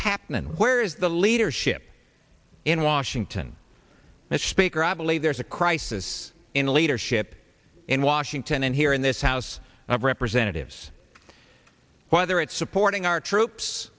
happening where is the leadership in washington and speaker i believe there's a crisis in leadership in washington and here in this house of representatives whether it's supporting our troops